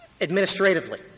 administratively